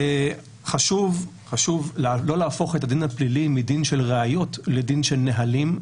חשוב לא להפוך את הדין הפלילי מדין של ראיות לדין של נהלים.